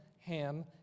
Ham